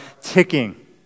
ticking